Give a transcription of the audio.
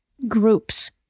groups